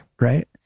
Right